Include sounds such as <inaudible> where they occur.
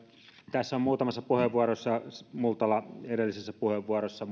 tässä on muutamassa puheenvuorossa puhuttu muun muassa multala edellisessä puheenvuorossa <unintelligible>